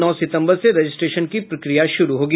नौ सितंबर से रजिस्ट्रेशन की प्रक्रिया शुरू होगी